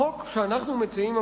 החוק שאנחנו מציעים,